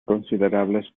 considerables